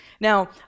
Now